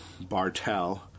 Bartell